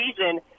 season